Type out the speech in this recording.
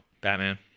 Batman